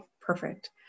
perfect